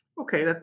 Okay